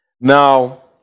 Now